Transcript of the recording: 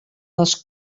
les